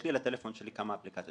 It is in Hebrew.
יש לי על הפלאפון שלי כמה אפליקציות.